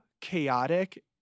chaotic